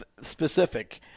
specific